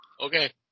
Okay